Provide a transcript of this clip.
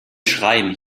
schreien